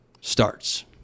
starts